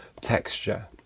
texture